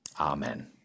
Amen